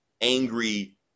angry